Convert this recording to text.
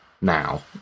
Now